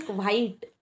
white